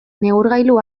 neurgailu